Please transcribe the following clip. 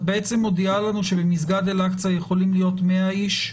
בעצם מודיעה לנו שבמסגד אל אקצה יכולים להיות 100 איש,